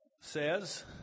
says